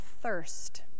Thirst